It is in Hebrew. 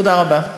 תודה רבה.